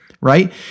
Right